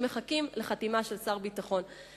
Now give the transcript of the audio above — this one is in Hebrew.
שמחכים לחתימה של שר הביטחון.